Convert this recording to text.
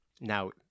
Now